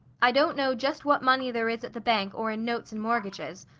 i don't know just what money there is at the bank or in notes and mortgages,